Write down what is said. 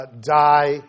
die